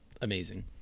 amazing